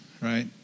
right